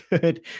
good